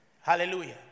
Hallelujah